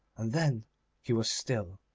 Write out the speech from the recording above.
and then he was still.